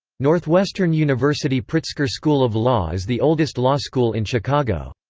northwestern university pritzker school of law is the oldest law school in chicago.